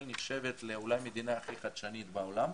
נחשבת אולי למדינה הכי חדשנית בעולם,